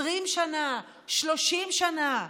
20 שנה, 30 שנה,